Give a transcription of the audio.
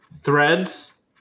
threads